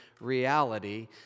reality